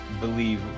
believe